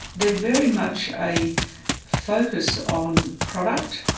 they're very much a focus on product,